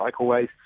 cycleways